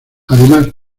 además